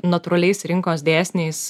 natūraliais rinkos dėsniais